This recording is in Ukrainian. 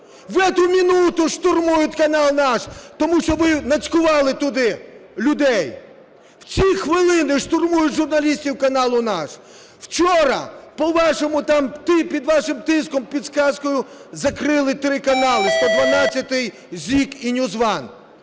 В эту минуту штурмуют канал "Наш", тому що ви нацькували туди людей! У ці хвилини штурмують журналістів каналу "Наш". Вчора під вашим тиском, підказкою закрили три канали "112", ZIK і NewsOne.